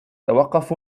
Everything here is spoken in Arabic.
توقف